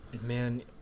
Man